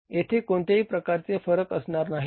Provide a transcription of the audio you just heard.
येथे कोणत्याही प्रकारचे फरक असणार नाहीत